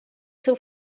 seu